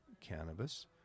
cannabis